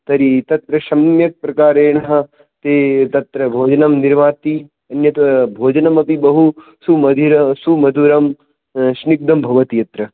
तर्हि तत्र शम्यक् प्रकारेण ते तत्र भोजनं निर्माति अन्यत् भोजनम् अपि बहु सुमधुरं स्निग्धं भवति अत्र